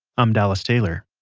i'm dallas taylor